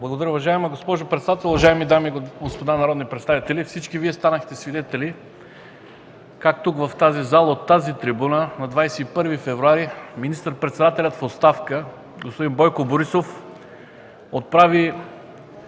(ДПС): Уважаема госпожо председател, уважаеми дами и господа народни представители! Всички Вие станахте свидетели как тук, в тази зала, от тази трибуна на 21 февруари министър-председателят в оставка господин Бойко Борисов отправи